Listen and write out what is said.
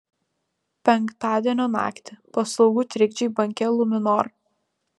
penktadienio naktį paslaugų trikdžiai banke luminor